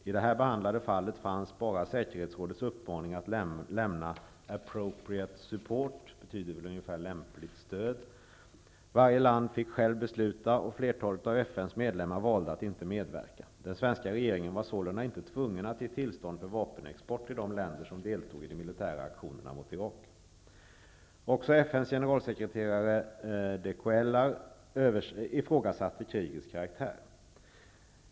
I det här behandlade fallet fanns endast säkerhetsrådets uppmaning att lämna ''lämpligt stöd''. Varje land fick själv besluta, och flertalet av FN:s medlemmar valde att inte medverka. Den svenska regeringen var sålunda inte tvungen att ge tillstånd för vapenexport till de länder som deltog i de militära aktionerna mot Irak. Också FN:s generalsekreterare de Cuellar ifrågasatte krigets karaktär.